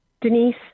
Denise